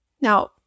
Now